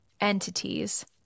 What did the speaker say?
entities